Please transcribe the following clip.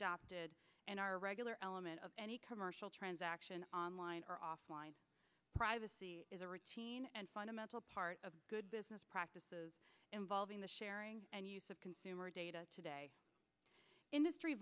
adopted and our regular element of any commercial transaction online or offline privacy is a routine and fundamental part of good business practices involving the sharing and use of consumer data today industry